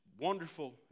wonderful